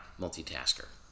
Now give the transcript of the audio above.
multitasker